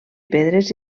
pedres